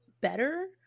better